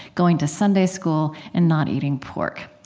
going to sunday school, and not eating pork.